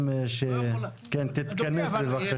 כן, תתכנס בבקשה.